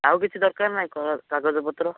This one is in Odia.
ଆଉ କିଛି ଦରକାର ନାହିଁ କାଗଜପତ୍ର